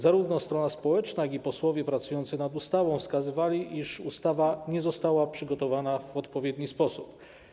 Zarówno strona społeczna, jak i posłowie pracujący nad ustawą wskazywali, iż ustawa nie została przygotowana w odpowiedni sposób.